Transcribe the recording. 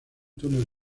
túnel